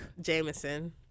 Jameson